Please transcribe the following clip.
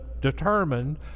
determined